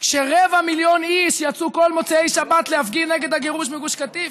כשרבע מיליון איש יצאו כל מוצאי שבת להפגין נגד הגירוש בגוש קטיף.